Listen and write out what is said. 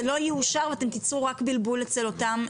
זה לא יאושר ואתם תצרו רק בלבול אצל אותם.